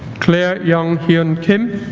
claire young-hyun kim